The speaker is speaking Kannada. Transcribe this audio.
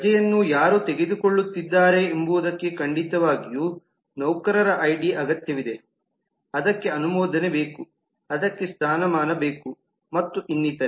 ರಜೆಯನ್ನು ಯಾರು ತೆಗೆದುಕೊಳ್ಳುತ್ತಿದ್ದಾರೆಂಬುದಕ್ಕೆ ಖಂಡಿತವಾಗಿಯೂ ನೌಕರರ ಐಡಿ ಅಗತ್ಯವಿದೆ ಅದಕ್ಕೆ ಅನುಮೋದನೆ ಬೇಕು ಅದಕ್ಕೆ ಸ್ಥಾನಮಾನ ಬೇಕು ಮತ್ತು ಇನ್ನಿತರೆ